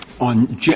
on